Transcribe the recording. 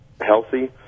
healthy